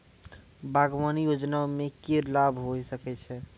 बागवानी योजना मे की लाभ होय सके छै?